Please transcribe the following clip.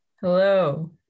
Hello